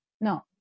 No